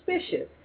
suspicious